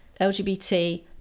LGBT